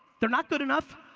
they're not good enough.